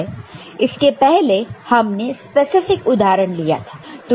इसके पहले हमने स्पेसिफिक उदाहरण लिया था